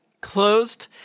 closed